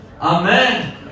Amen